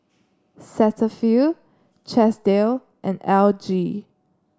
Cetaphil Chesdale and L G